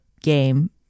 game